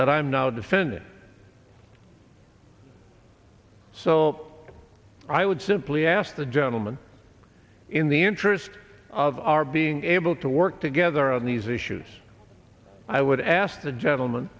that i'm now defending so i would simply ask the gentleman in the interest of our being able to work together in these issues i would ask the gentleman